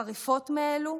חריפות מאלו,